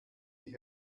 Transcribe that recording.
die